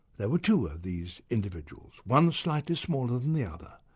there were two of these individuals, one slightly smaller than the other,